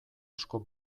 asko